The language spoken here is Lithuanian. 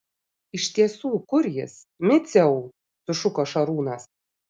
iš tiesų kur jis miciau sušuko šarūnas